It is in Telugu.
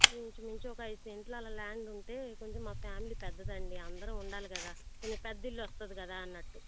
ఇంచు మించు ఒక ఐదు సెంట్లు అలా ల్యాండ్ ఉంటే కొంచెం మా ఫ్యామిలీ పెద్దదండి అందరం ఉండాలి కదా కొంచెం పెద్ద ఇల్లు వస్తుంది కదా అన్నట్లు